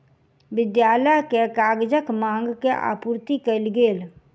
विद्यालय के कागजक मांग के आपूर्ति कयल गेल